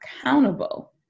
accountable